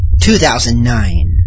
2009